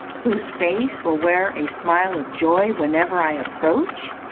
whose face will wear a smile of joy whenever i approach?